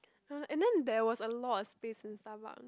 uh and then there was a lot of space in Starbucks